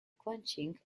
quenching